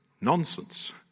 nonsense